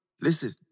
listen